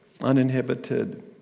uninhibited